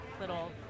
little